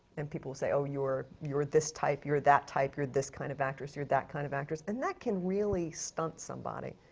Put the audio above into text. and people will say, oh you're, you're this type, you're that type, you're this kind of actress, you're that kind of actress. and that can really stunt somebody.